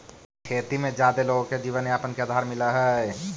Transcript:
खेती में जादे लोगो के जीवनयापन के आधार मिलऽ हई